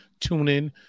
TuneIn